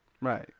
Right